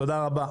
תודה רבה.